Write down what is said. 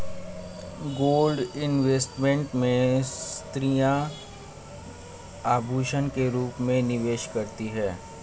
gold investment में स्त्रियां आभूषण के रूप में निवेश करती हैं